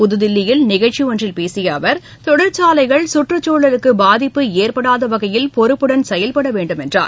புதுதில்லியில் நிகழ்ச்சி ஒன்றில் பேசிய அவர் தொழிற்சாலைகள் சுற்றுச்சூழலுக்கு பாதிப்பு ஏற்படாத வகையில் பொறுப்புடன் செயல்பட வேண்டும் என்றார்